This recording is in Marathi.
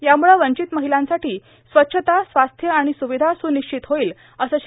यामुळं वंचित महिलांसाठी स्वच्छता स्वास्थ्य आणि सुविधा सुनिश्चित होईल असं श्री